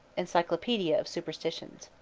encyclopedia of superstitions.